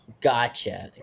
Gotcha